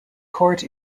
court